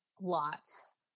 Lots